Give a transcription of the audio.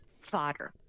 fodder